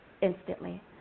instantly